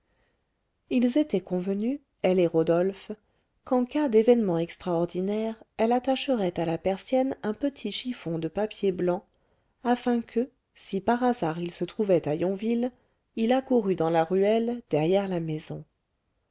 ils étaient convenus elle et rodolphe qu'en cas d'événement extraordinaire elle attacherait à la persienne un petit chiffon de papier blanc afin que si par hasard il se trouvait à yonville il accourût dans la ruelle derrière la maison